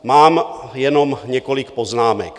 Mám jenom několik poznámek.